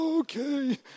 Okay